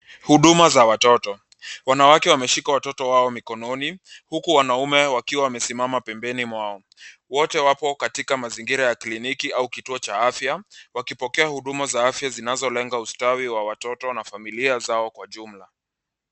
Huduma za watoto. Wanawake wameshika watoto wao mikononi huku wanaume wakiwa wamesimama pembeni mwao. Wote wapo katika mazingira ya kliniki au kituo cha afya, wakipokea huduma za afya zinazolenga ustawi wa watoto na familia zao kwa jumla.